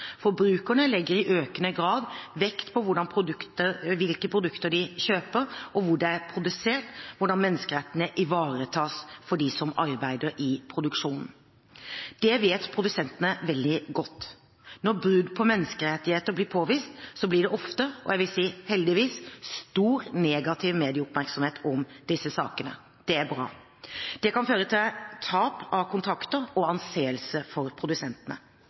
Forbrukerne legger i økende grad vekt på hvordan produktene de kjøper, er produsert, og hvordan menneskerettighetene ivaretas for dem som arbeider i produksjonen. Det vet produsentene veldig godt. Når brudd på menneskerettigheter blir påvist, blir det ofte – og jeg vil si heldigvis – stor negativ medieoppmerksomhet om disse sakene. Det er bra. Det kan føre til tap av kontrakter og anseelse for produsentene.